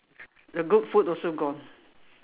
the good food also gone